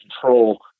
control